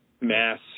Mass